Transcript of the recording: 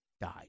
died